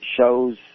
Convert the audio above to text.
shows